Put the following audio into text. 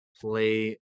play